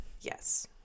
yes